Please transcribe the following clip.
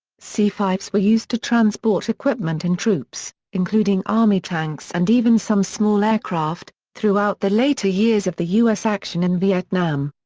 c five s were used to transport equipment and troops, including army tanks and even some small aircraft, throughout the later years of the us action in vietnam.